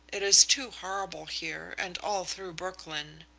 it is too horrible here, and all through brooklyn.